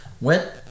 went